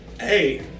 hey